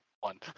One